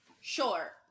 Sure